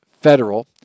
federal